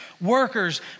workers